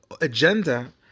agenda